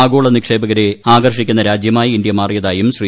ആഗോള നിക്ഷേപകരെ ആകർഷിക്കുന്ന രാജ്യമായി ഇന്ത്യ മാറിയതായും ശ്രീ